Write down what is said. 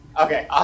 Okay